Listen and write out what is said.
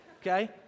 okay